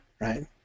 Right